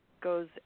goes